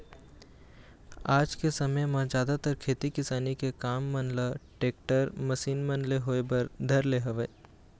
आज के समे म जादातर खेती किसानी के काम मन ल टेक्टर, मसीन मन ले होय बर धर ले हवय